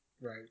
Right